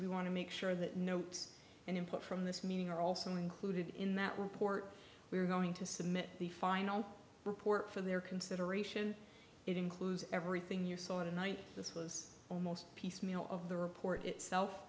we want to make sure that notes and input from this meeting are also included in that report we're going to submit the final report for their consideration it includes everything you're saw tonight this was almost piecemeal of the report itself